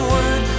Word